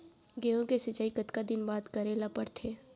गेहूँ के सिंचाई कतका दिन बाद करे ला पड़थे?